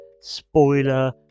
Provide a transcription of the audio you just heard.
spoiler